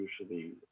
usually